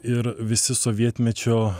ir visi sovietmečio